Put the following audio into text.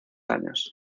años